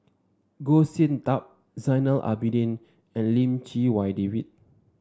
Goh Sin Tub Zainal Abidin and Lim Chee Wai David